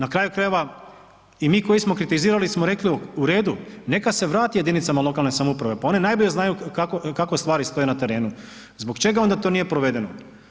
Na kraju krajeva, i mi koji smo kritizirali smo rekli, u redu, neka se vrati jedinicama lokalne samouprave, pa one najbolje znaju kako stvari stoje na terenu, zbog čega onda to nije provedeno?